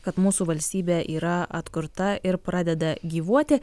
kad mūsų valstybė yra atkurta ir pradeda gyvuoti